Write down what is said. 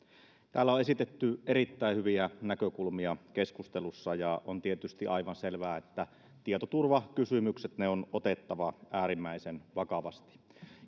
täällä keskustelussa on esitetty erittäin hyviä näkökulmia ja on tietysti aivan selvää että tietoturvakysymykset on otettava äärimmäisen vakavasti